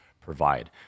provide